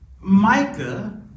Micah